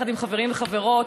יחד עם חברים וחברות,